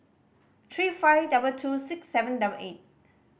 three five double two six seven double eight